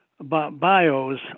bios